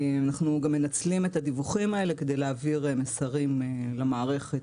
אנחנו גם מנצלים את הדיווחים האלה כדי להעביר מסרים למערכת